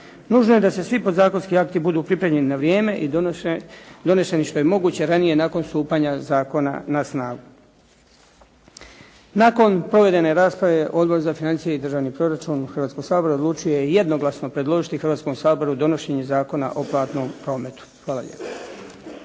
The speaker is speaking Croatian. Nužno je da svi podzakonski akti budu pripremljeni na vrijeme i doneseni što je moguće ranije nakon stupanja zakona na snagu. Nakon provedene rasprave Odbora za financije i državni proračun Hrvatskoga sabora odlučio je jednoglasno predložiti Hrvatskom saboru donošenje Zakona o platnom prometu. Hvala lijepa.